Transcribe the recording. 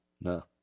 no